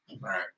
Right